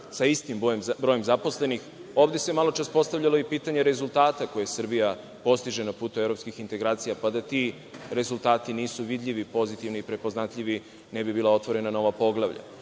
sa istim brojim zaposlenih. Ovde se maločas postavljalo pitanje rezultata koje Srbija postiže na putu evropskih integracija, pa da ti rezultati nisu vidljivi, pozitivni i prepoznatljivi ne bi bila otvorena nova poglavlja. Maločas